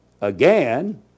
Again